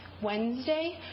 Wednesday